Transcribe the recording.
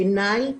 בעיניי,